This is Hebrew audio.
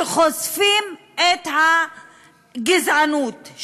שחושפים את הגזענות,